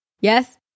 Yes